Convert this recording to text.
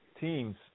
teams